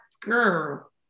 girl